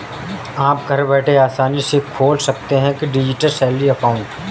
आप घर बैठे आसानी से खोल सकते हैं डिजिटल सैलरी अकाउंट